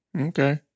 Okay